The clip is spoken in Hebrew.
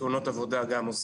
תאונות עבודה גם עוזרים.